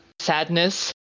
sadness